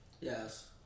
Yes